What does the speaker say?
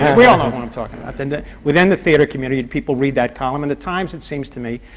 we all know who i'm talking about! and within the theatre community, people read that column, and the times, it seems to me,